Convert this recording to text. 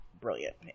brilliant